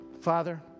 Father